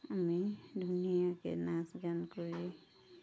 আমি ধুনীয়াকৈ নাচ গান কৰি